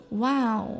Wow